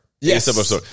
Yes